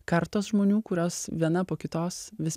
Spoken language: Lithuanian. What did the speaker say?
kartos žmonių kurios viena po kitos vis